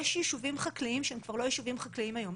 יש יישובים חקלאיים שהם כבר לא יישובים חקלאיים היום.